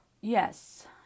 Yes